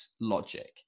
logic